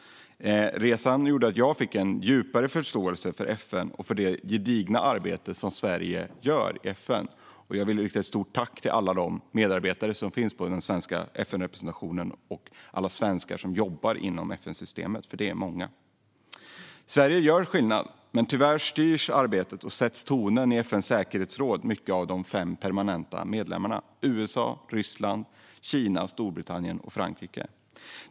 Resan gjorde att jag fick djupare förståelse för FN och för det gedigna arbete som Sverige gör i FN. Jag vill rikta ett stort tack till alla medarbetare i den svenska FN-representationen och alla svenskar som jobbar inom FN-systemet. De är många. Sverige gör skillnad. Men tyvärr styrs arbetet och sätts tonen i FN:s säkerhetsråd mycket av de fem permanenta medlemmarna USA, Ryssland, Kina, Storbritannien och Frankrike.